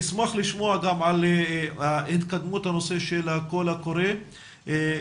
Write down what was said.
נשמח לשמוע גם על התקדמות הנושא של הקול הקורא בעניין